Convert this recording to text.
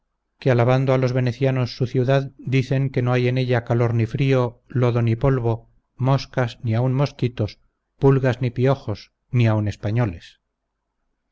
que alabando a los venecianos su ciudad dicen que no hay en ella calor ni frío lodo ni polvo moscas ni aun mosquitos pulgas ni piojos ni aun españoles